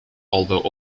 although